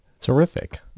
Terrific